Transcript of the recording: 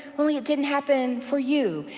only it didn't happen for you,